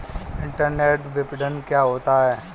Internet विपणन क्या होता है?